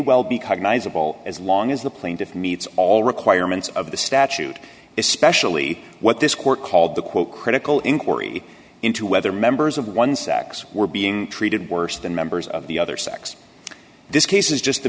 cognizable as long as the plaintiff meets all requirements of the statute especially what this court called the quote critical inquiry into whether members of one sex were being treated worse than members of the other sex this case is just